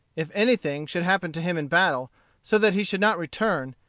if anything should happen to him in battle so that he should not return,